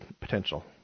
potential